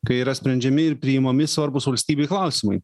kai yra sprendžiami ir priimami svarbūs valstybei klausimai